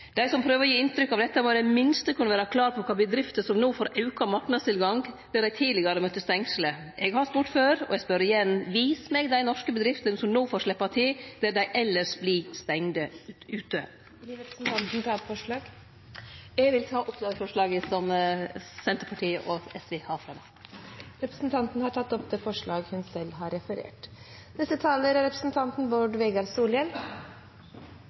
Dei som prøver å gi inntrykk av dette, må i det minste kunne vere klåre på kva bedrifter som no får auka marknadstilgang der dei tidlegare møtte stengslar. Eg har spurt før, og eg spør igjen: Vis meg dei norske bedriftene som no får sleppe til der dei elles vert stengde ute. Vil representanten ta opp forslag? Eg vil ta opp det forslaget som Senterpartiet og SV har fremja. Representanten Liv Signe Navarsete har tatt opp det forslaget hun refererte til. Internasjonal handel har